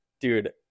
dude